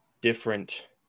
different